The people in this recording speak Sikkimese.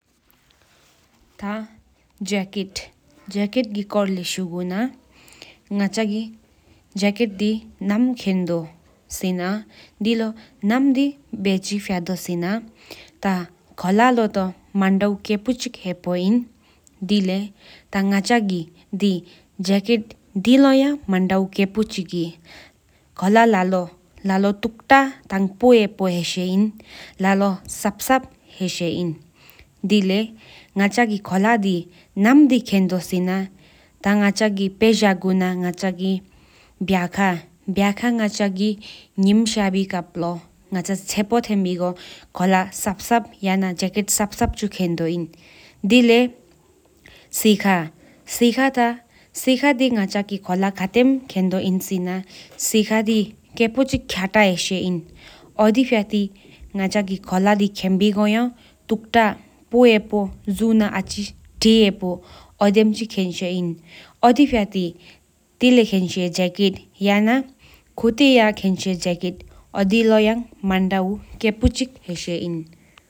ཐ་ཇ་ཁེཌ་ཀི་ཀོ་ཙསེ་ཤུ་གུ་པས་ང་ཅ་ཀི་ཁོ་ལ་དི་ནམ་ཁེང་རྡོ་སེ་ན་ཐ་ཁོ་ལ་ལོ་ཏ་མན་ད་དུུ་ཀེ་པོ་ཀི་ཧེ་པོ་ཨིན་ཨིན། ང་ཅ་ཀི་ཇ་ཁེཌ་དི་ལོ་ཨ་མན་ན་ད་དུུ་ཀེ་པོ་ཀི་ཧེ་ཁོ་ལ་ལོ་ཐུག་ཐ་ཐ་ལ་ལོ་སབ་སབ་ ཧེ་ཤེ་ཨིན། ང་ཅ་ཀི་ཁོ་ལ་དི་ནམ་ཁེང་རྡོ་སེ་ན་ང་ཅ་གི་ཁོ་ལ་སེ་ཁཧ་ཆོང་་མ་ན་ཁོ་ལ་དེ་ལོ་ཁེང་རྡོ་ཨིན། ད་ལེ་ཁོ་ལ་སབ་སབ་དི་ང་ཅ་ཀི་སྦྲ་ཁཡ་ཆེབ་ཆེ་གི་ཀ་ལ་སབ་སབ་ཁེང་རྡོ་ཨིན།